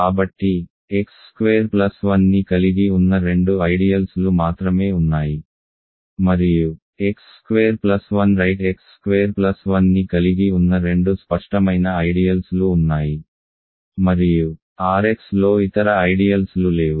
కాబట్టి x square plus 1 ని కలిగి ఉన్న రెండు ఐడియల్స్ లు మాత్రమే ఉన్నాయి మరియు x square plus 1 right x square plus 1 ని కలిగి ఉన్న రెండు స్పష్టమైన ఐడియల్స్ లు ఉన్నాయి మరియు R x లో ఇతర ఐడియల్స్ లు లేవు